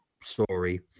story